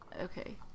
Okay